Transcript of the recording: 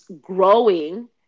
growing